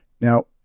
Now